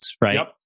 right